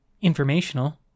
informational